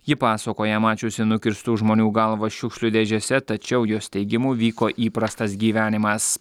ji pasakoja mačiusi nukirstų žmonių galvas šiukšlių dėžėse tačiau jos teigimu vyko įprastas gyvenimas